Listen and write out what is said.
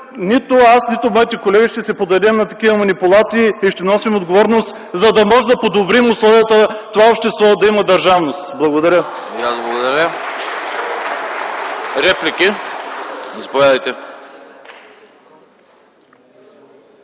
нито аз, нито моите колеги ще се подадем на такива манипулации и ще носим отговорност, за да можем да подобрим условията това обществото да има държавност. Благодаря.